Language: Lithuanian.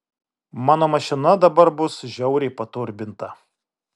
mano mašina dabar bus žiauriai paturbinta